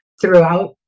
throughout